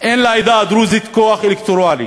אין לעדה הדרוזית כוח אלקטורלי,